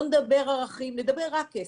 לא נדבר על ערכים, נדבר רק על כסף.